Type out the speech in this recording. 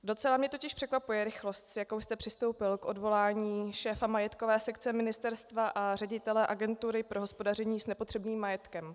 Docela mě totiž překvapuje rychlost, jakou jste přistoupil k odvolání šéfa majetkové sekce ministerstva a ředitele agentury pro hospodaření s nepotřebným majetkem.